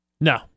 No